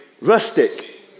Rustic